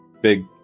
Big